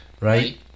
right